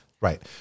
right